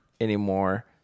anymore